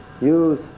use